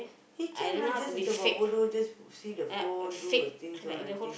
he can lah just macam buat bodoh just see the phone do her things all nothing